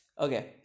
okay